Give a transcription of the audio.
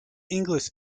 english